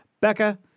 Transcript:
Becca